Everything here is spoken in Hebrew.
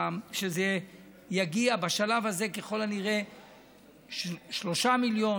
וזה יגיע בשלב הזה ככל הנראה ל-3 מיליון,